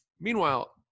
Meanwhile